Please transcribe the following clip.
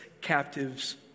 captives